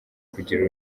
kugira